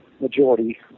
majority